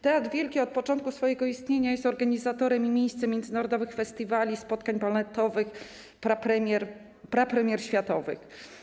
Teatr Wielki od początku swojego istnienia jest organizatorem i miejscem międzynarodowych festiwali, spotkań baletowych, prapremier światowych.